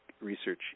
research